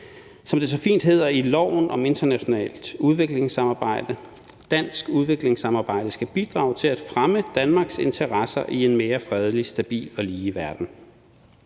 hedder så fint i loven om internationalt udviklingssamarbejde, at dansk udviklingssamarbejde skal bidrage til at fremme Danmarks interesser i en mere fredelig, stabil og lige verden.